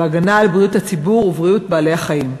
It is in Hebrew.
והגנה על בריאות הציבור ובריאות בעלי-החיים.